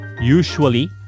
usually